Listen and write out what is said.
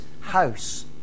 house